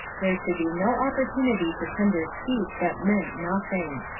there should be no opportunity for tender speech that meant nothing.